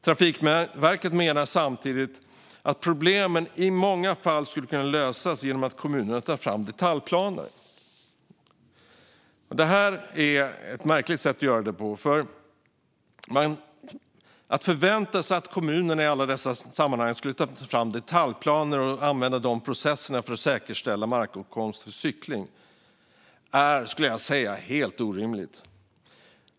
Trafikverket menar samtidigt att problemen i många fall skulle kunna lösas genom att kommunerna tar fram detaljplaner. Men det är ett märkligt sätt att göra det på, för att förvänta sig att kommuner i alla dessa sammanhang ska ta fram detaljplaner och använda de processerna för att säkerställa markåtkomst för cykling är enligt mig helt orimligt.